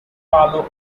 palo